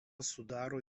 sudaro